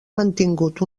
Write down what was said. mantingut